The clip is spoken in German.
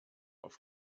auf